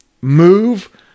move